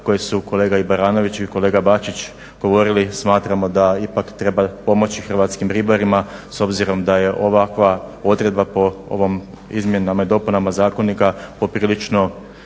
koji su kolega i Baranović i kolega Bačić govorili. Smatramo da ipak treba pomoći hrvatskim ribarima s obzirom da je ovakva odredba po ovom izmjenama i dopunama zakonika poprilično